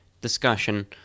discussion